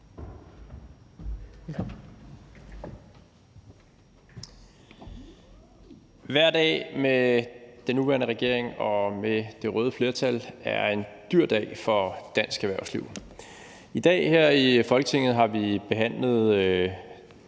Hver dag med den nuværende regering og det røde flertal er en dyr dag for dansk erhvervsliv. I dag har vi her i Folketinget bl.a. behandlet